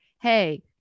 Hey